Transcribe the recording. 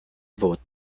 vote